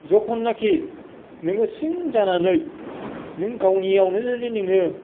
जेब्लानोखि नोङो सिं जानानै नों गावनियावनो जुदि नोङो